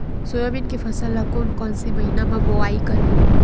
Soybean के फसल ल कोन कौन से महीना म बोआई करबो?